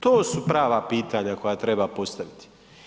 To su prava pitanja koja treba postaviti.